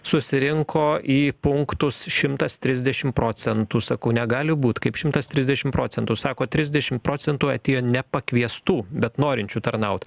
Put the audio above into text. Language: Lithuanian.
susirinko į punktus šimtas trisdešim procentų sakau negali būti kaip šimtas trisdešim procentų sako trisdešim procentų atėjo nepakviestų bet norinčių tarnaut